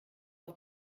auf